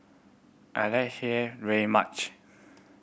I like very much